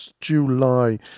July